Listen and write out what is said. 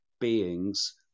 being's